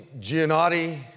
Giannotti